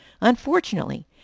Unfortunately